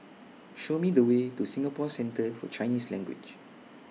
Show Me The Way to Singapore Centre For Chinese Language